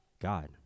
God